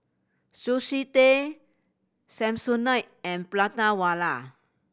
Sushi Tei Samsonite and Prata Wala